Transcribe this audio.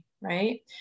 right